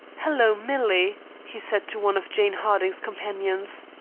hello, millie, he said to one of jane harding's companions.